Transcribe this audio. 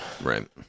Right